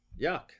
yuck